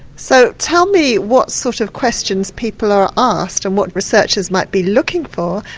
so tell me what sort of questions people are asked, and what researchers might be looking for,